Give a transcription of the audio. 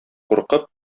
куркып